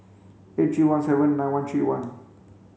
eight three one seven nin one three one